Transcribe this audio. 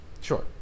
Sure